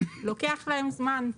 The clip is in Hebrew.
לוקח להם זמן.